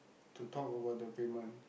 to talk about the payment